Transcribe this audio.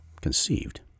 conceived